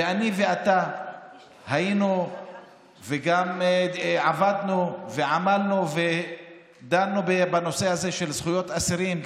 ואני ואתה היינו וגם עבדנו ועמלנו ודנו בנושא הזה של זכויות אסירים,